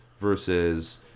versus